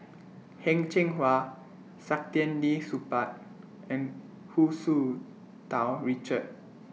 Heng Cheng Hwa Saktiandi Supaat and Hu Tsu Tau Richard